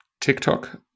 TikTok